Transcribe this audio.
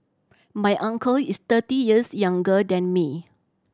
my uncle is thirty years younger than me